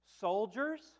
soldiers